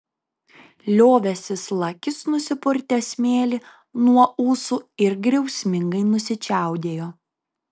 liovęsis lakis nusipurtė smėlį nuo ūsų ir griausmingai nusičiaudėjo